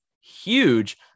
huge